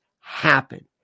happen